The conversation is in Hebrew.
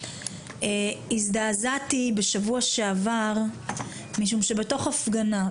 הזדעזעתי בשבוע שעבר משום שבתוך ההפגנה,